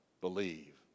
believe